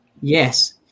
Yes